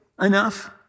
enough